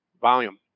Volume